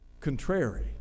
contrary